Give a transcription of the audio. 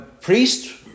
priest